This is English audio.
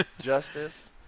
justice